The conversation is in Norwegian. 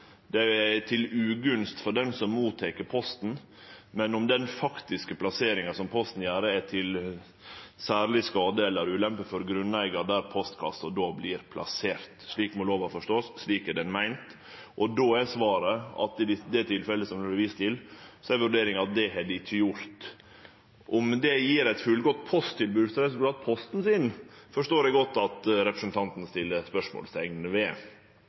det er til ugunst for den som mottek posten, men om den faktiske plasseringa som Posten gjer, er til særleg skade eller ulempe for grunneigar der postkassa då vert plassert. Slik må ein forstå lova, slik er ho meint. Då er svaret at i det tilfellet som det er vist til, er vurderinga at det har det ikkje gjort. Om det gjev eit fullgodt posttilbod til dei som skal ha posten sin, forstår eg godt at representanten set eit spørsmålsteikn ved.